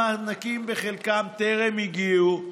המענקים בחלקם טרם הגיעו.